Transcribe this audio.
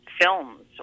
films